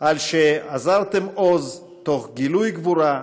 על שאזרתם עוז, תוך גילויי גבורה,